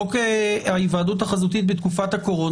חוק ההיוועדות החזותית בתקופת הקורונה